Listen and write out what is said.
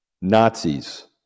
Nazis